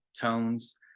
tones